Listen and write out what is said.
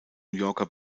yorker